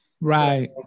right